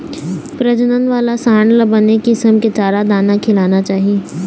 प्रजनन वाला सांड ल बने किसम के चारा, दाना खिलाना चाही